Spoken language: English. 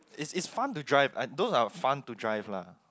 is is fun to drive I those are fun to drive lah